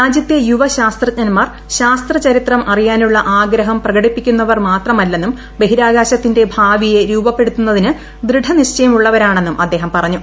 രാജ്യത്തെ യുവ ശാസ്ത്രജ്ഞന്മാർ ശാസ്ത്ര ചരിത്രം അറിയാനുള്ള ആഗ്രഹം പ്രകടിപ്പിക്കുന്നവർ മാത്രമല്ലെന്നും ബഹിരാകാശത്തിന്റെ ഭാവിയെ രൂപപ്പെടുത്തുന്നതിന് ദൃഢനിശ്ചയമുള്ളവരാണെന്നും അദ്ദേഹം പറഞ്ഞു